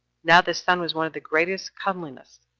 now this son was one of the greatest comeliness,